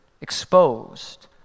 exposed